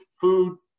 food